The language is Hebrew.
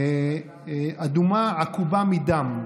אדומה עקובה מדם,